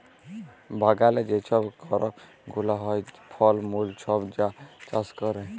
বাগালে যে ছব করপ গুলা হ্যয়, ফল মূল ছব যা চাষ ক্যরে